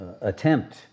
attempt